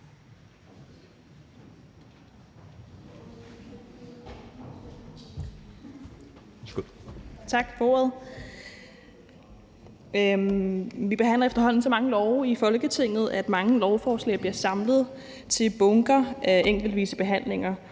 Vi behandler efterhånden så mange lovforslag i Folketinget, at mange lovforslag bliver samlet til bunker af enkeltvise behandlinger,